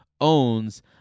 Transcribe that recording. owns